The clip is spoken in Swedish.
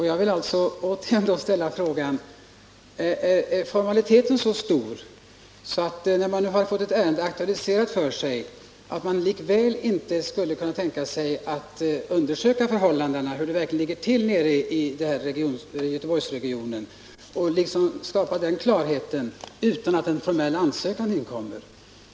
Jag vill därför återigen fråga, om man är så bunden av formaliteterna att man när man nu fått ett ärende aktualiserat ändå inte skulle kunna tänka sig att åtminstone undersöka hur det verkligen ligger till i Boråsregionen, utan att en formell ansökan om ytterligare medel inkommer.